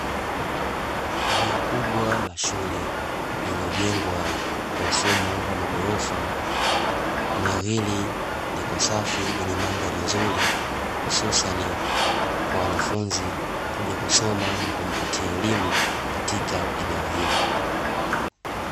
Eneo kubwa la shule iliyojengwa kwa mfumo wa maghorofa eneo hili likosafi lenye mandhari nzuri hususani kwa wanafunzi kuja kusoma na kujipatia elimu katika eneo hili.